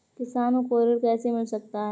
किसानों को ऋण कैसे मिल सकता है?